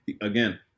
again